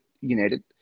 United